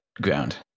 ground